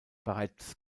bereits